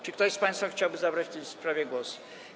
Czy ktoś z państwa chciałby zabrać w tej sprawie głos?